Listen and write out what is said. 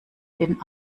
den